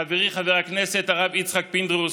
חברי חבר הכנסת הרב יצחק פינדרוס,